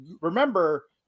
Remember